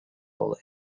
hall